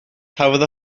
cafodd